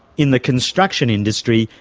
in the construction industry,